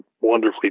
wonderfully